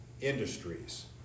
industries